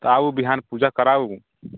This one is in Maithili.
तऽ आउ बिहान पूजा कराउ